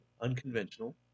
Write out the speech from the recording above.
unconventional